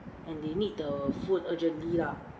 and they need the food urgently lah